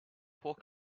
pork